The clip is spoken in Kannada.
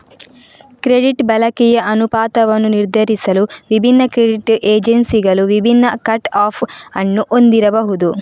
ಕ್ರೆಡಿಟ್ ಬಳಕೆಯ ಅನುಪಾತವನ್ನು ನಿರ್ಧರಿಸಲು ವಿಭಿನ್ನ ಕ್ರೆಡಿಟ್ ಏಜೆನ್ಸಿಗಳು ವಿಭಿನ್ನ ಕಟ್ ಆಫ್ ಅನ್ನು ಹೊಂದಿರಬಹುದು